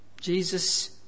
Jesus